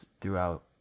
throughout